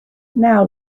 now